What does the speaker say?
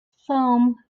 foam